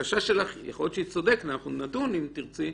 יכול להיות שהיא צודקת ואנחנו נדון אם תרצי,